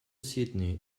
sydney